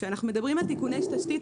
כשאנחנו מדברים על תיקוני תשתית,